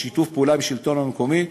בשיתוף פעולה עם השלטון המקומי,